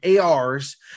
ARs